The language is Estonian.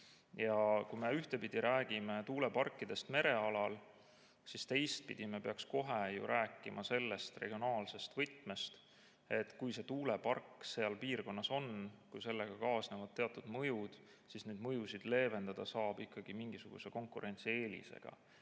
Kui me ühtepidi räägime tuuleparkidest merealal, siis teistpidi me peaks rääkima nendest regionaalses võtmes. Kui tuulepark piirkonnas on, kui sellega kaasnevad teatud mõjud, siis neid mõjusid leevendada saab ikkagi mingisuguse konkurentsieelisega.